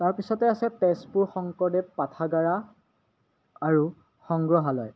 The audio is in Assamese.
তাৰপিছতে আছে তেজপুৰ শংকৰদেৱ পাঠাগাৰা আৰু সংগ্ৰহালয়